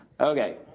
Okay